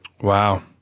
Wow